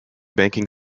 banking